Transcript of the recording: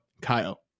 kyle